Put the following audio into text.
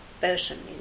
person